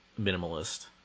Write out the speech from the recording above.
Minimalist